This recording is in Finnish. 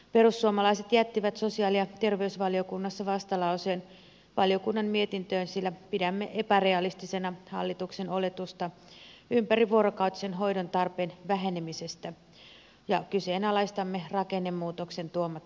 perussuomalaiset jättivät sosiaali ja terveysvaliokunnassa vastalauseen valiokunnan mietintöön sillä pidämme epärealistisena hallituksen oletusta ympärivuorokautisen hoidon tarpeen vähenemisestä ja kyseenalaistamme rakennemuutoksen tuomat säästöt